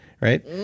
Right